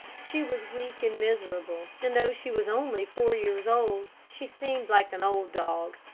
she was weak and miserable, and though she was only four years old, she seemed like an old dog.